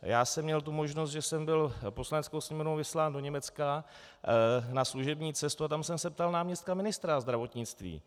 Já jsem měl tu možnost, že jsem byl Poslaneckou sněmovnou vyslán do Německa na služební cestu, a tam jsem se ptal náměstka ministra zdravotnictví.